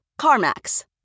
CarMax